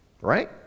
Right